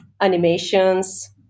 animations